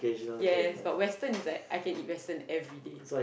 yes but western is like I can eat western everyday